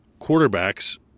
quarterbacks